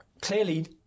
clearly